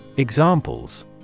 Examples